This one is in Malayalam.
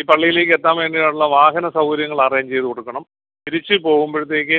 ഈ പള്ളിയിൽ എത്താൻ വേണ്ടിയുള്ള വാഹന സൗകര്യങ്ങള് അറേഞ്ച് ചെയ്ത് കൊടുക്കണം തിരിച്ച് പോകുമ്പോഴത്തേക്ക്